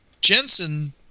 Jensen